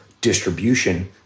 distribution